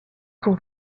qu’on